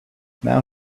now